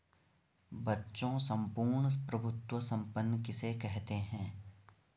बच्चों सम्पूर्ण प्रभुत्व संपन्न किसे कहते हैं?